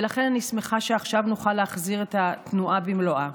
ולכן אני שמחה שעכשיו נוכל להחזיר את התנועה במלואה.